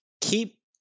keep